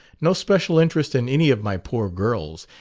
no special interest in any of my poor girls.